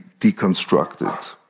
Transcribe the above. deconstructed